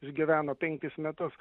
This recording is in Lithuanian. išgyveno penkis metus